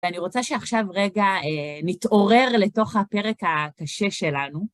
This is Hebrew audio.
ואני רוצה שעכשיו רגע נתעורר לתוך הפרק הקשה שלנו.